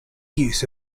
use